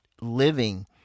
living